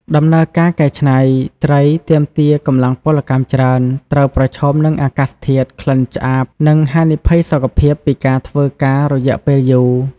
ដំណើរការកែច្នៃត្រីទាមទារកម្លាំងពលកម្មច្រើន ត្រូវប្រឈមនឹងអាកាសធាតុ ក្លិនឆ្អាប និងហានិភ័យសុខភាពពីការធ្វើការរយៈពេលយូរ។